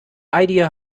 idea